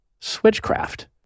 Switchcraft